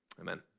Amen